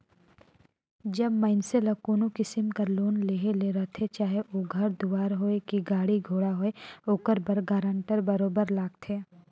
जब मइनसे ल कोनो किसिम कर लोन लेहे ले रहथे चाहे ओ घर दुवार होए कि गाड़ी घोड़ा होए ओकर बर गारंटर बरोबेर लागथे